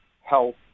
health